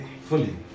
fully